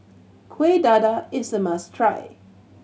Kueh Dadar is a must try